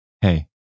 hey